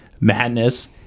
madness